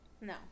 No